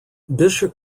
bishop